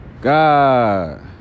God